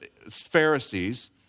Pharisees